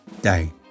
Day